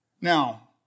Now